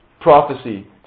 Prophecy